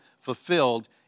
fulfilled